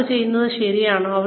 അവർ ചെയ്യുന്നത് ശരിയാണോ